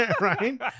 right